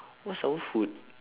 what's our food